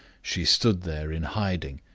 she stood there in hiding,